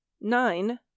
nine